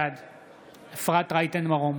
בעד אפרת רייטן מרום,